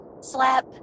slap